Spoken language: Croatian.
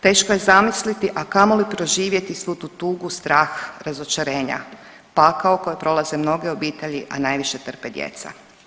Teško je zamisliti, a kamoli proživjeti svu tu tugu, strah, razočarenja, pakao koji prolaze mnoge obitelji, a najviše trpe djeca.